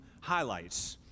highlights